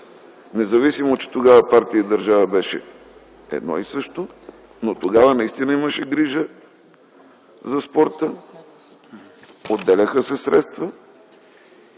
независимо, че тогава партия и държава беше едно и също, но тогава наистина имаше грижа за спорта, отделяха се средства